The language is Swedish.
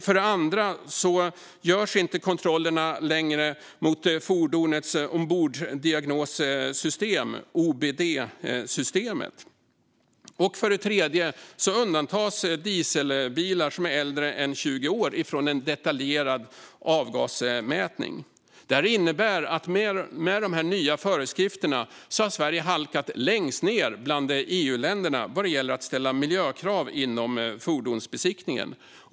För det andra görs inte längre kontrollerna mot fordonets omborddiagnossystem, OBD-systemet. För det tredje undantas dieselbilar som är äldre än 20 år från en detaljerad avgasmätning. De nya föreskrifterna har lett till att Sverige har halkat längst ned bland EU-länderna vad gäller att ställa miljökrav vid fordonsbesiktningen.